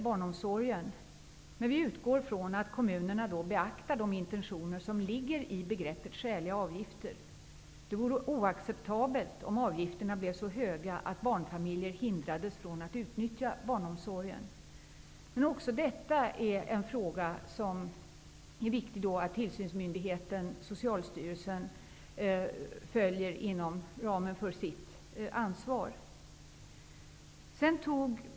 barnomsorgen. Vi utgår från att kommunerna beaktar de intentioner som ligger i begreppet skäliga avgifter. Det vore oacceptabelt om avgifterna blev så höga att barnfamiljer hindrades från att utnyttja barnomsorgen. Även detta är en fråga som det är viktigt att tillsynsmyndigheten Socialstyrelsen inom ramen för sitt ansvar följer.